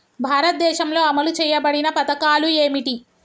భారతదేశంలో అమలు చేయబడిన పథకాలు ఏమిటి?